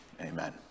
Amen